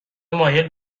مایل